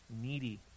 needy